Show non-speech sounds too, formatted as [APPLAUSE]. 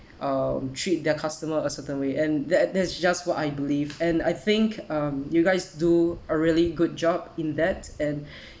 um treat their customer a certain way and tha~ that's just what I believe and I think um you guys do a really good job in that and [BREATH]